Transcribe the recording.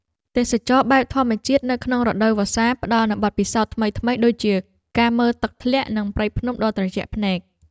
ទេសចរណ៍បែបធម្មជាតិនៅក្នុងរដូវវស្សាផ្តល់នូវបទពិសោធន៍ថ្មីៗដូចជាការមើលទឹកធ្លាក់ និងព្រៃភ្នំដ៏ត្រជាក់ភ្នែក។